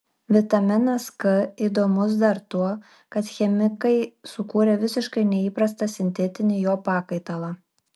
vitaminas k įdomus dar tuo kad chemikai sukūrė visiškai neįprastą sintetinį jo pakaitalą